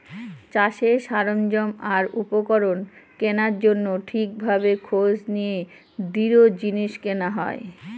চাষের সরঞ্জাম আর উপকরণ কেনার জন্য ঠিক ভাবে খোঁজ নিয়ে দৃঢ় জিনিস কেনা হয়